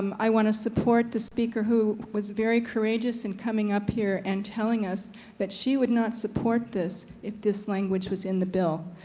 um i want to support the speaker who was very courageous in coming up here and telling us that she would not support this if this language was in the bill.